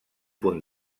punt